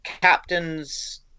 captains